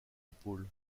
épaules